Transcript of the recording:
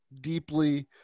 deeply